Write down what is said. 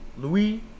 Louis